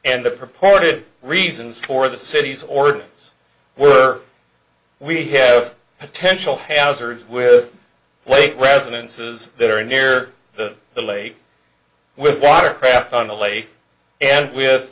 and the purported reasons for the city's ordinance were we have potential hazards with late residences that are near the the lake with watercraft on the lake and with